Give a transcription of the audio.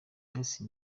yose